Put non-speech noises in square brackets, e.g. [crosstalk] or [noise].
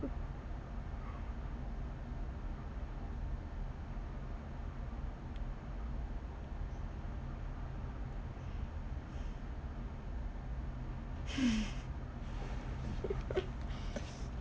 [laughs]